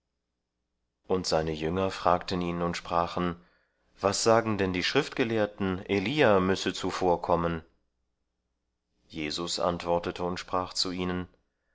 und seine jünger fragten ihn und sprachen was sagen denn die schriftgelehrten elia müsse zuvor kommen jesus antwortete und sprach zu ihnen